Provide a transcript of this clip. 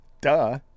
duh